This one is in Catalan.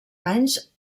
anys